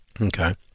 Okay